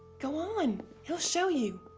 go on, he'll show you.